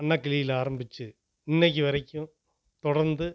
அன்னக்கிளியில் ஆரம்பித்து இன்றைக்கி வரைக்கும் தொடர்ந்து